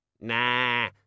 Nah